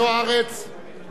לכן אין דרך אחרת,